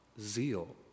zeal